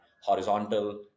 horizontal